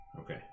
Okay